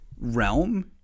realm